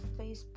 facebook